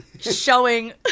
showing